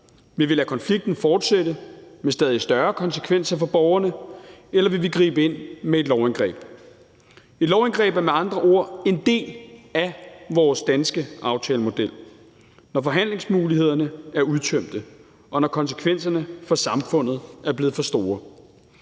Vil vi lade konflikten fortsætte med stadig større konsekvenser for borgerne, eller vil vi gribe ind med et lovindgreb? Et lovindgreb er med andre ord en del af vores danske aftalemodel, når forhandlingsmulighederne er udtømte, og når konsekvenserne for samfundet er blevet for store.